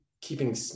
keeping